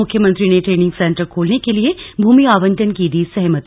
मुख्यमंत्री ने training centre खोलने के लिए भूमि आवंटन की दी सहमति